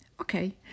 Okay